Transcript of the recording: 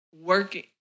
working